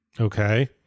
Okay